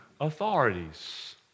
authorities